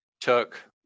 took